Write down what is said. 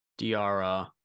Diara